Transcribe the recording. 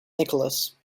nicholas